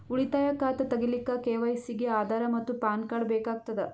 ಉಳಿತಾಯ ಖಾತಾ ತಗಿಲಿಕ್ಕ ಕೆ.ವೈ.ಸಿ ಗೆ ಆಧಾರ್ ಮತ್ತು ಪ್ಯಾನ್ ಕಾರ್ಡ್ ಬೇಕಾಗತದ